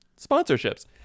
sponsorships